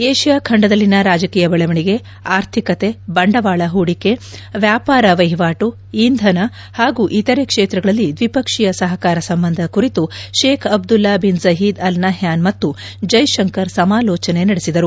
Asia ಖಂಡದಲ್ಲಿನ ರಾಜಕೀಯ ಬೆಳವಣಿಗೆ ಆರ್ಥಿಕತೆ ಬಂದವಾಳ ಹೂಡಕೆ ವ್ಯಾಪಾರ ವಹಿವಾಟು ಇಂಧನ ಹಾಗೂ ಇತರೆ ಕ್ಷೇತ್ರಗಳಲ್ಲಿ ದ್ವಿಪಕ್ಷೀಯ ಸಹಕಾರ ಸಂಬಂಧ ಕುರಿತು Sheikh Abdullah bin Zayed Al Nahyan ಮತ್ತು ಜೈಶಂಕರ್ ಸಮಾಲೋಚನೆ ನಡೆಸಿದರು